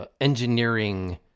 Engineering